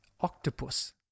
octopus